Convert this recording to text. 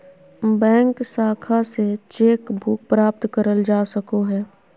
bank शाखा से cheque book प्राप्त करल जा सको हय